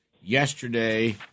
yesterday